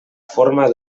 forma